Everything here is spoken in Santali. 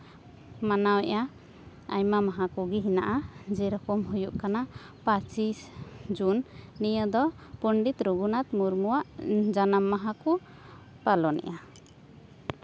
ᱢᱟᱱᱟᱣᱮᱜᱼᱟ ᱟᱭᱢᱟ ᱢᱟᱦᱟ ᱠᱚᱜᱮ ᱦᱮᱱᱟᱜᱼᱟ ᱡᱮᱨᱚᱠᱚᱢ ᱦᱩᱭᱩᱜ ᱠᱟᱱᱟ ᱯᱟᱪᱮᱭ ᱡᱩᱱ ᱱᱤᱭᱟᱹ ᱫᱚ ᱯᱚᱱᱰᱤᱛ ᱨᱟᱹᱜᱷᱩᱱᱟᱛᱷ ᱢᱩᱨᱢᱩᱣᱟᱜ ᱡᱟᱱᱟᱢ ᱢᱟᱦᱟ ᱠᱚ ᱯᱟᱞᱚᱱᱮᱜᱼᱟ